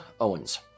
Owens